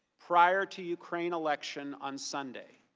prior to ukraine election on sunday.